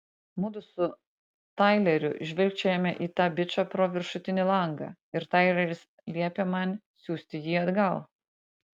mudu su taileriu žvilgčiojame į tą bičą pro viršutinį langą ir taileris liepia man siųsti jį atgal